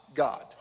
God